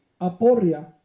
aporia